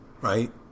Right